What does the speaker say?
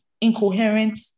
incoherent